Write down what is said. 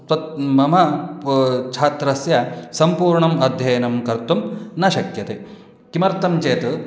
त्वत् मम प छात्रस्य सम्पूर्णम् अध्ययनं कर्तुं न शक्यते किमर्थं चेत्